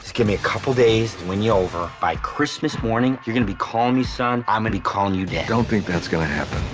give me a couple days to win you over by christmas morning you're gonna be calling me son, i'm gonna be calling you dad. don't think that's gonna happen.